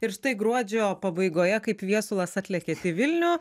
ir štai gruodžio pabaigoje kaip viesulas atlėkėt į vilnių